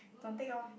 don't take lor